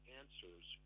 answers